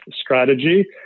strategy